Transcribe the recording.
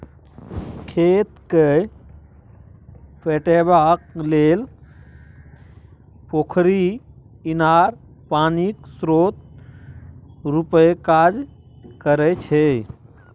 खेत केँ पटेबाक लेल पोखरि, इनार पानिक स्रोत रुपे काज करै छै